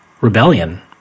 rebellion